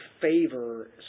favor